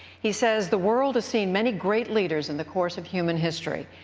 he says, the world has seen many great leaders in the course of human history.